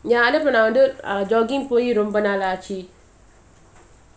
ya வந்து:vandhu uh jogging போய்ரொம்பநாளாச்சு:poi romba naalachu